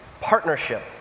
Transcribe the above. partnership